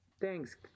Thanks